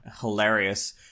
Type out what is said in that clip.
hilarious